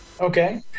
Okay